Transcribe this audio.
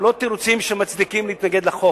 אלה לא תירוצים שמצדיקים התנגדות לחוק,